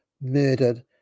murdered